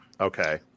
Okay